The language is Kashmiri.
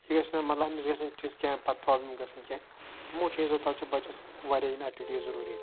یہِ گَژھِ نہٕ مَطلَب أمِس گَژھِ نہٕ تِژھ کینٛہہ پَتہٕ پرابلِم گَژھٕنۍ کینٛہہ یِمو چیٖزو تَلہ چھِ بَچَس واریاہ یِم ایٚکٹِوِٹیٖز ضوٚروٗری